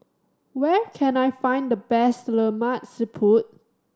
where can I find the best Lemak Siput